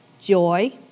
joy